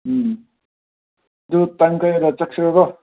ꯎꯝ ꯑꯗꯨ ꯇꯥꯡ ꯀꯌꯥꯗ ꯆꯠꯁꯤꯔꯀꯣ